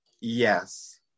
Yes